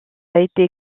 été